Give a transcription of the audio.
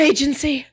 Agency